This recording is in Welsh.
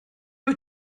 wyt